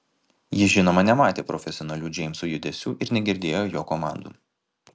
ji žinoma nematė profesionalių džeimso judesių ir negirdėjo jo komandų